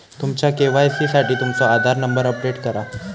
तुमच्या के.वाई.सी साठी तुमचो आधार नंबर अपडेट करा